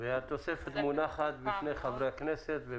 "התוספת השמינית התוספת מונחת בפני חברי הכנסת.